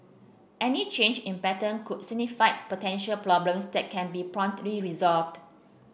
any change in pattern could signify potential problems that can be promptly resolved